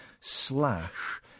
slash